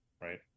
right